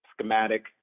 schematic